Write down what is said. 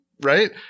right